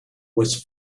was